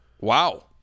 Wow